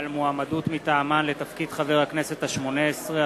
מועמדות מטעמן לתפקיד חבר הכנסת השמונה-עשרה,